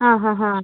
ആ ഹാ ഹ